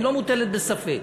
היא לא מוטלת בספק.